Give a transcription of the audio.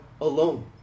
alone